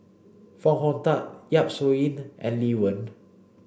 Foo Hong Tatt Yap Su Yin and Lee Wen